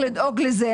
צריך לדאוג לזה.